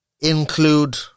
include